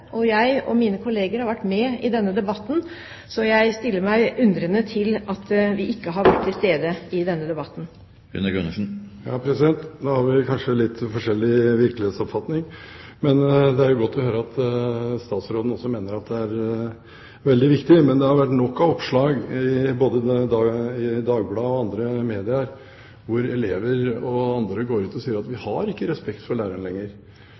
og jeg og mine kolleger har vært med i denne debatten, så jeg stiller meg undrende til at vi ikke har vært til stede i denne debatten. Da har vi kanskje litt forskjellig virkelighetsoppfatning. Men det er godt å høre at statsråden også mener at det er veldig viktig. Det har vært nok av oppslag, både i Dagbladet og andre medier, hvor elever og andre går ut og sier at de har ikke respekt for læreren lenger,